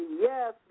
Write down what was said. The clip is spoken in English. Yes